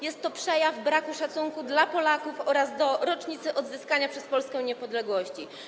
Jest to przejaw braku szacunku dla Polaków oraz do rocznicy odzyskania przez Polskę niepodległości.